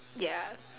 ya